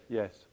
yes